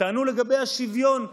וטענו לגבי השוויון,